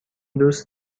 دوست